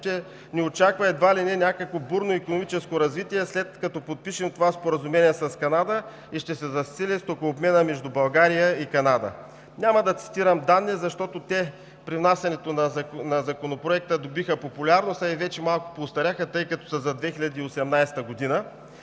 Няма да цитирам данни, защото при внасянето на Законопроекта те добиха популярност, а и вече поостаряха, тъй като са за 2018 г.